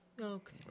okay